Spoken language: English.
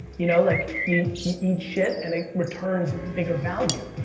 you know? like you eat shit and it returns bigger value.